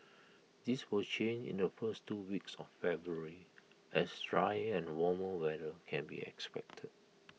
this will change in the first two weeks of February as drier and warmer weather can be expected